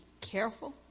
careful